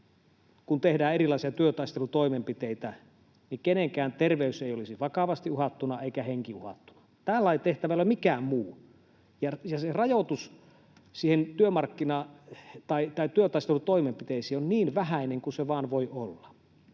kun tehdään erilaisia työtaistelutoimenpiteitä, kenenkään terveys ei olisi vakavasti uhattuna eikä henki uhattuna. Tämän lain tehtävä ei ole mikään muu. Se rajoitus työtaistelutoimenpiteisiin on niin vähäinen kuin se vain voi olla.